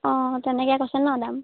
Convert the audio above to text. অঁ তেনেকৈ কৈছে নহ্ দাম